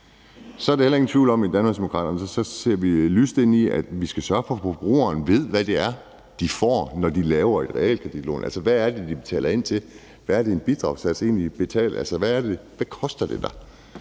Så er der heller ingen tvivl om, at vi i Danmarksdemokraterne ser lyst ind i, at vi skal sørge for, at forbrugerne ved, hvad det er, de får, når de laver et realkreditlån. Altså, hvad er det, de betaler ind til? Hvad er din bidragssats egentlig? Altså, hvad koster det dig?